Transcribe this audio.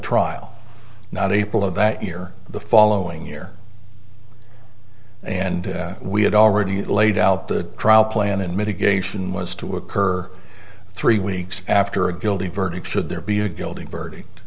trial not april of that year the following year and we had already laid out the trial plan in mitigation was to occur three weeks after a guilty verdict should there be a guilty verdict